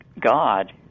God